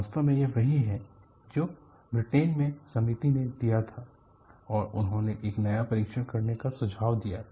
वास्तव में यह वही है जो ब्रिटेन में समिति ने किया था और उन्होंने एक नया परीक्षण करने का सुझाव दिया था